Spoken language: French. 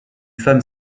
femme